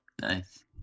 nice